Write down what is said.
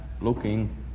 looking